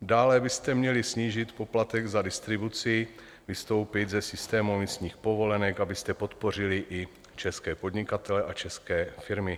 Dále byste měli snížit poplatek za distribuci, vystoupit ze systému emisních povolenek, abyste podpořili i české podnikatele a české firmy.